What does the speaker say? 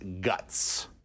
Guts